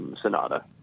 sonata